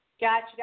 gotcha